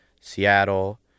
Seattle